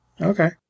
Okay